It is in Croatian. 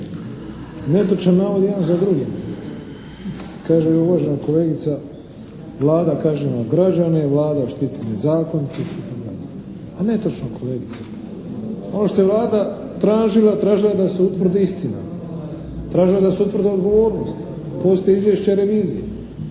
netočan navod jedan za drugim. Kaže uvažena kolegica, Vlada kažnjava građane, Vlada štiti nezakonitost, itd. A netočno, kolegice. Ono što je Vlada tražila, tražila je da se utvrdi istina, tražila je da se utvrdi odgovornost. Postoji izvješće revizije.